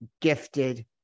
gifted